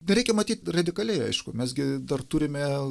nereikia matyt radikaliai aišku mes gi dar turime